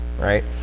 Right